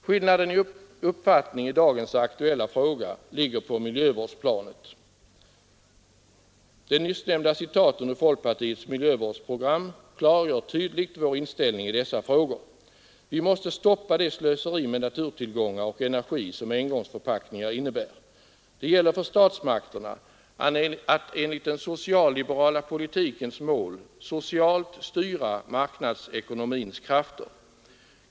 Skillnaden i uppfattning i dagens aktuella fråga ligger på miljövårdsplanet. De nyssnämnda citaten ur folkpartiets miljövårdsprogram klargör tydligt vår inställning i dessa frågor. Vi måste stoppa det slöseri med naturtillgångar och energi som engångsförpackningar innebär. Det gäller för statsmakterna att enligt den socialliberala politikens mål socialt styra marknadsekonomins krafter.